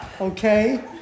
Okay